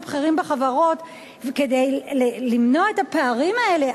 הבכירים בחברות כדי למנוע את הפערים האלה,